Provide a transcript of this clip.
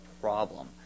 problem